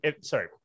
Sorry